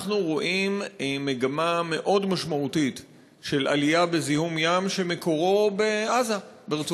אנחנו רואים מגמה מאוד משמעותית של עלייה בזיהום ים שמקורו ברצועת-עזה.